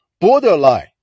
borderline